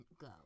go